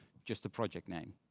just the project name.